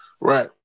Right